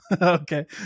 okay